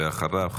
ואחריו,